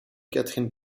catherine